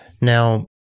Now